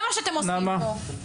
זה מה שאתם עושים פה.